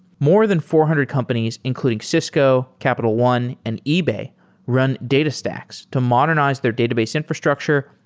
more than four hundred companies including cisco, capital one, and ebay run datastax to modernize their database infrastructure,